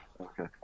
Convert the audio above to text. Okay